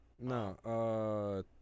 No